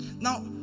now